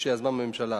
שיזמה הממשלה.